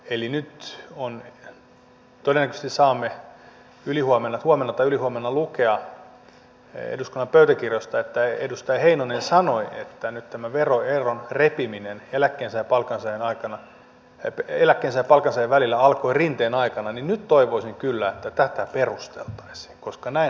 eli kun nyt todennäköisesti saamme huomenna tai ylihuomenna lukea eduskunnan pöytäkirjoista että edustaja heinonen sanoi että tämä veroeron repiminen eläkkeensaajan ja palkansaajan välillä alkoi rinteen aikana niin nyt toivoisin kyllä että tätä perusteltaisiin koska näinhän ei ole